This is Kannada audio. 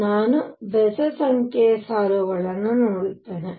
ಆದ್ದರಿಂದ ನಾನು ಬೆಸ ಸಂಖ್ಯೆಯ ಸಾಲುಗಳನ್ನು ನೋಡುತ್ತೇನೆ